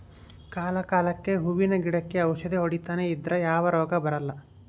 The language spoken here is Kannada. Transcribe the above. ಕಾಲ ಕಾಲಕ್ಕೆಹೂವಿನ ಗಿಡಕ್ಕೆ ಔಷಧಿ ಹೊಡಿತನೆ ಇದ್ರೆ ಯಾವ ರೋಗ ಬರಲ್ಲ